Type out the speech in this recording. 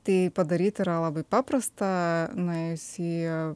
tai padaryt yra labai paprasta nuėjus į